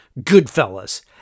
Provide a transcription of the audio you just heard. Goodfellas